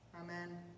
Amen